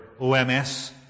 OMS